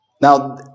Now